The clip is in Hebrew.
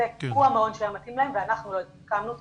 הוא המעון שהיה מתאים להם ואנחנו לא הקמנו אותו.